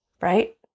right